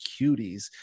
Cuties